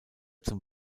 zum